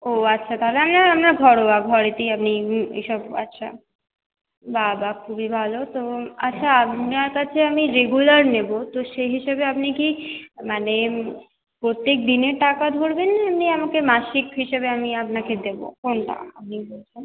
ও আচ্ছা তাহলে আপনার ঘরোয়া ঘরেতেই আপনি এসব আচ্ছা বাঃ বাঃ খুবই ভালো তো আচ্ছা আপনার কাছে আমি রেগুলার নেব তো সে হিসেবে আপনি কি মানে প্রত্যেক দিনের টাকা ধরবেন না এমনি আমাকে মাসিক হিসেবে আমি আপনাকে দেবো কোনটা